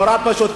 נורא פשוט,